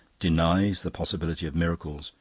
denies the possibility of miracles,